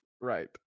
right